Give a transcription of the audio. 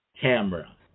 Camera